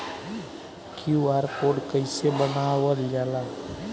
QR code कइसे बनवाल जाला?